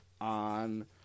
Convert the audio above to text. on